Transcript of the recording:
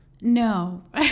No